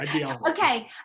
Okay